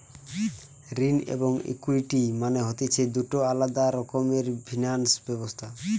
ঋণ এবং ইকুইটি মানে হতিছে দুটো আলাদা রকমের ফিনান্স ব্যবস্থা